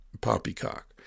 poppycock